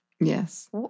Yes